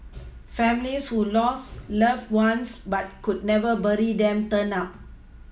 families who lost loved ones but could never bury them turned up